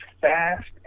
fast